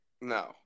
No